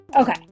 Okay